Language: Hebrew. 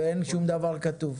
ואין שום דבר כתוב.